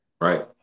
right